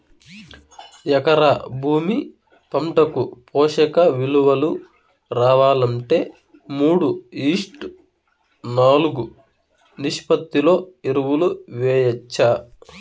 ఎకరా భూమి పంటకు పోషక విలువలు రావాలంటే మూడు ఈష్ట్ నాలుగు నిష్పత్తిలో ఎరువులు వేయచ్చా?